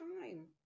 time